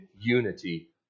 unity